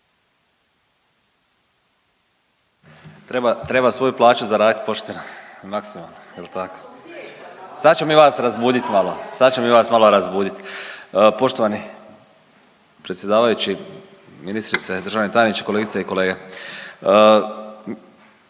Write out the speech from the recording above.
treba svoju plaću zaraditi pošteno i maksimalno, je li tako? .../Upadica se ne čuje./... Sad ćemo mi vas razbuditi malo, sad ćemo mi vas malo razbudit. Poštovani predsjedavajući, ministrice, državni tajniče, kolegice i kolege.